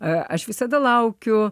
aš visada laukiu